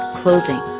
clothing,